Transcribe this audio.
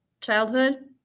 childhood